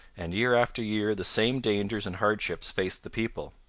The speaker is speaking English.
and year after year the same dangers and hardships faced the people.